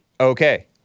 Okay